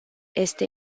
este